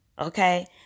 Okay